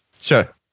sure